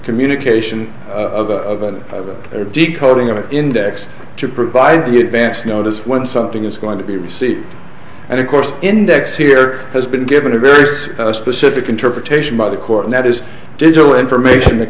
communication of a de coding of an index to provide the advance notice when something is going to be received and of course index here has been given a very specific interpretation by the court that is digital information that